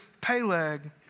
Peleg